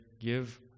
give